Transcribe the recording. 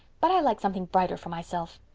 but i like something brighter for myself.